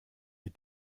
wie